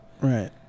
right